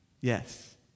Yes